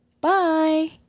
Bye